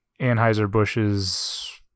Anheuser-Busch's